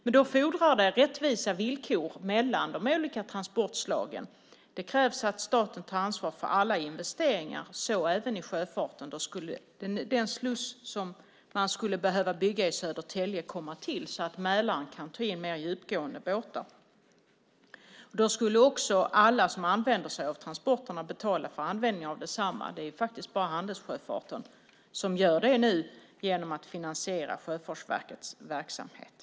Men då fordras det rättvisa villkor mellan de olika transportslagen. Det krävs att staten tar ansvar för alla investeringar, så även i sjöfarten. Då skulle den sluss som behövs i Södertälje byggas så att Mälaren kan ta in mer djupgående båtar. Då skulle också alla som använder sig av transporterna betala för användningen av desamma. Det är faktiskt bara handelssjöfarten som gör det nu genom att finansiera Sjöfartsverkets verksamhet.